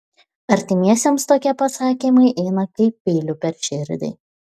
artimiesiems tokie pasakymai eina kaip peiliu per širdį